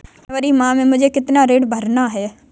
जनवरी माह में मुझे कितना ऋण भरना है?